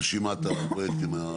רשימת הפרויקטים.